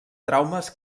traumes